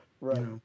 Right